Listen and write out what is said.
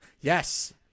yes